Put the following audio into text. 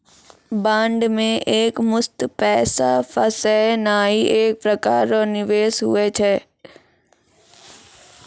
bond मे एकमुस्त पैसा फसैनाइ एक प्रकार रो निवेश हुवै छै